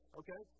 okay